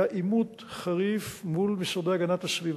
היה עימות חריף מול משרדי הגנת הסביבה,